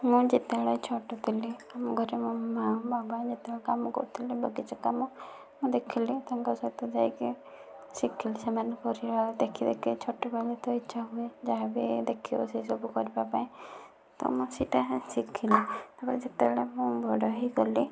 ମୁଁ ଯେତେବେଳେ ଛୋଟ ଥିଲି ମୋ' ଘରେ ମୋ' ମା' ବାବା ଯେତେ ବେଳେ କାମ କରୁଥିଲେ ବଗିଚା କାମ ମୁଁ ଦେଖିଲି ତାଙ୍କ ସହିତ ଯାଇକି ଶିଖିଲି ସେମାନେ କରିବା ଦେଖି ଦେଖି ଛୋଟ ବେଳୁ ତ ଇଚ୍ଛା ହୁଏ ଯାହା ବି ଦେଖିବ ସେ ସବୁ କରିବା ପାଇଁ ତ ମୁଁ ସେଇଟା ଶିଖିଲି ତା'ପରେ ଯେତେବେଳେ ମୁଁ ବଡ଼ ହୋଇଗଲି